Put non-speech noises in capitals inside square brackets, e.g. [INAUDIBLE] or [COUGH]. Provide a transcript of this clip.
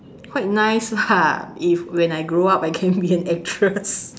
quite nice lah if when I grow up I can be an actress [LAUGHS]